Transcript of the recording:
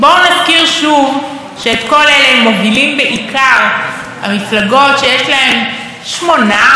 בואו נזכיר שוב שאת כל אלה מובילות בעיקר המפלגות שיש להן 8,